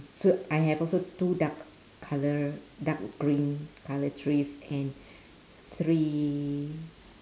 so I have also two dark colour dark green colour trees and three